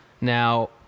Now